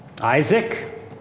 Isaac